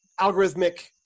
algorithmic